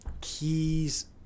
keys